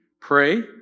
pray